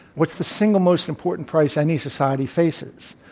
what's the single most important price any society faces?